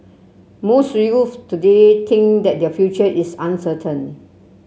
most youths today think that their future is uncertain